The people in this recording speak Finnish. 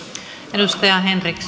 arvoisa rouva